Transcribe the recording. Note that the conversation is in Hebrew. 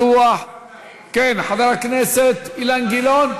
כן, חבר הכנסת אילן גילאון.